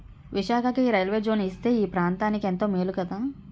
విశాఖకి railway zone ఇస్తే ఈ ప్రాంతనికెంతో మేలు కదా